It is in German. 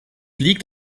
liegt